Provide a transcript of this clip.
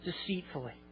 deceitfully